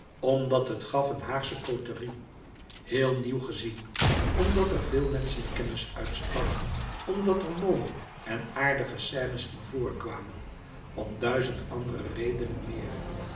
omdat het gaf een haagsche côterie heel nieuw gezien omdat er veel menschenkennis uit sprak omdat er mooie en aardige scènes in voorkwamen om duizend andere redenen meer